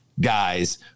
guys